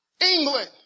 England